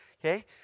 okay